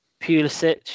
Pulisic